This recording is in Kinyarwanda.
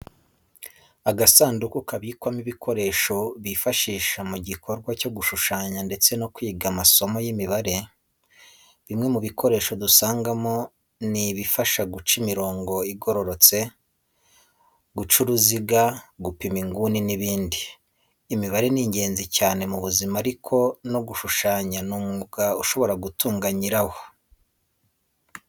Agasanduku kabikwamo ibikoresho bifashisha mu gikorwa cyo gushushanya ndetse no kwiga amasomo y'imibare. Bimwe mu bikoresho dusangamo, ni ibifasha guca imirongo igororotse, guca uruziga, gupima inguni n'ibindi. Imibare ni ingenzi cyane mu buzima ariko no gushushanya ni umwuga ushobora gutunga nyirawo.